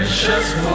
precious